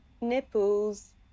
nipples